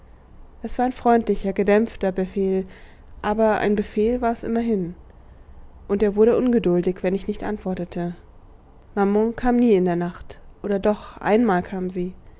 es war ein freundlicher gedämpfter befehl aber ein befehl war es immerhin und er wurde ungeduldig wenn ich nicht antwortete maman kam nie in der nacht oder doch einmal kam sie